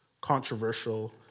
controversial